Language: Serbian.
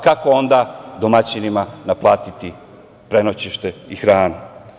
Kako onda domaćinima naplatiti prenoćište i hranu?